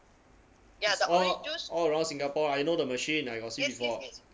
all all around singapore I know the machine I got see before